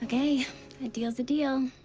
ah a deal's a deal.